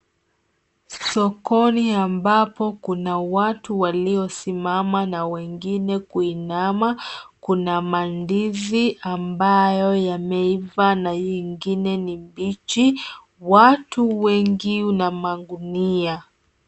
Sokoni ambapo kuna watu waliosimama na wengine kuinama. Kuna mandizi ambayo yameiva na ingine ni mbichi. Watu wengi na magunia.